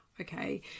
okay